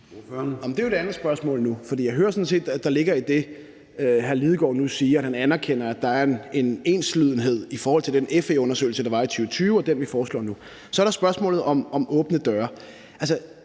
Nu er det det andet spørgsmål, for jeg hører sådan set, at der ligger i det, hr. Martin Lidegaard nu siger, at han anerkender, at der er en enslydendehed i forhold til den FE-undersøgelse, der var i 2020, og den, vi foreslår nu. Så er der spørgsmålet om åbne dør.